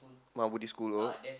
Mahabody-School oh